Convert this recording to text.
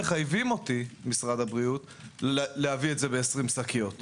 להביא שקית טובה יותר כדי שלא יצטרך לחייב את הלקוח